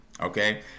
Okay